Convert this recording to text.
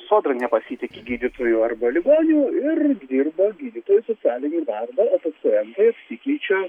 sodra nepasitiki gydytoju arba ligoniu ir dirba gydytojai socialinį darbą o pacientai apsikeičia